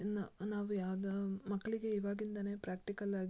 ಇನ್ನು ನಾವು ಯಾವ್ದೇ ಮಕ್ಕಳಿಗೆ ಇವಾಗಿಂದಲೇ ಪ್ರಾಕ್ಟಿಕಲ್ಲಾಗಿ